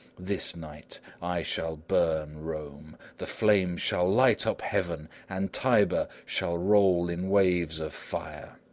this night i shall burn rome. the flames shall light up heaven, and tiber shall roll in waves of fire!